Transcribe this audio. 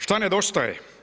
Šta nedostaje?